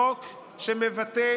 חוק שמבטא